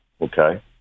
okay